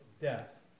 death